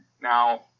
Now